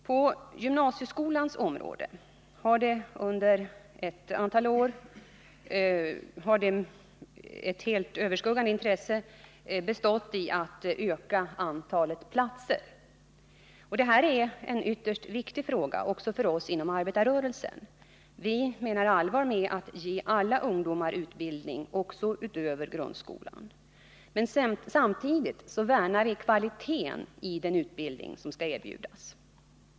På gymnasieskolans område har under ett antal år det helt överskuggande intresset bestått i att öka antalet platser. Detta är en ytterst viktig fråga också för oss inom arbetarrörelsen. Vi menar allvar med att vilja ge alla ungdomar utbildning också utöver grundskolan. Samtidigt värnar vi om kvaliteten på den utbildning som skall erbjudas.